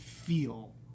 feel